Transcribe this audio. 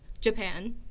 Japan